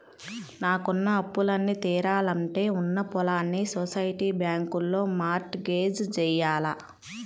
నాకున్న అప్పులన్నీ తీరాలంటే ఉన్న పొలాల్ని సొసైటీ బ్యాంకులో మార్ట్ గేజ్ జెయ్యాల